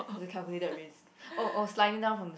it's a calculated risk oh oh sliding down from the